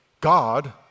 God